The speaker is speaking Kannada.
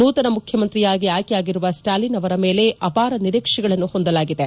ನೂತನ ಮುಖ್ಯಮಂತ್ರಿಯಾಗಿ ಆಯ್ಕೆಯಾಗಿರುವ ಸ್ಲಾಲಿನ್ ಅವರ ಮೇಲೆ ಅಪಾರ ನಿರೀಕ್ಷೆಗಳನ್ನು ಹೊಂದಲಾಗಿದೆ